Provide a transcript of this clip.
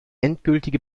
endgültige